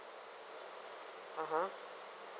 (uh huh)